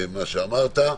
מה שאמרת.